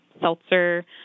seltzer